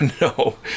no